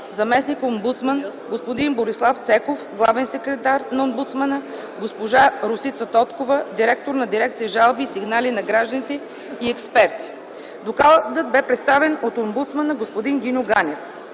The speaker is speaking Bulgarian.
заместник-омбудсман, господин Борислав Цеков – главен секретар на омбудсмана, госпожа Росица Тоткова – директор на Дирекция „Жалби и сигнали на гражданите” и експерти. Докладът бе представен от омбудсмана, господин Гиньо Ганев.